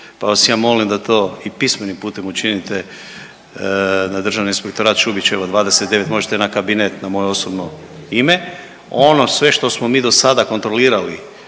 pa vas ja molim da to i pismenim putem učinite na Državni inspektorat, Šubićeva 29, možete na kabinet na moje osobno ime. Ono sve što smo mi do sada kontrolirali